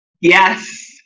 Yes